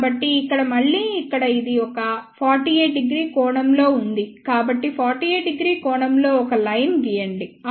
కాబట్టి ఇక్కడ మళ్ళీ ఇక్కడ ఇది ఒక 48º కోణంలో ఉంది కాబట్టి48º కోణంలో ఒక లైన్ గీయండిఅప్పుడు 1